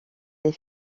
des